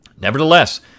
Nevertheless